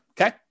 Okay